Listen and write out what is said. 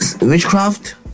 witchcraft